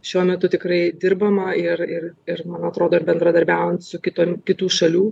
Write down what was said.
šiuo metu tikrai dirbama ir ir ir man atrodo ir bendradarbiaujant su kitom kitų šalių